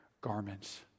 garments